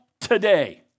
today